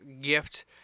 gift